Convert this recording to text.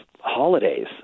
Holidays